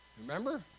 Remember